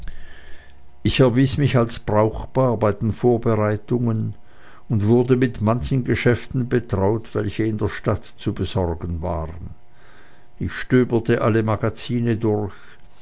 ich erwies mich als brauchbar bei den vorbereitungen und wurde mit manchen geschäften betraut welche in der stadt zu besorgen waren ich stöberte alle magazine durch